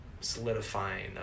solidifying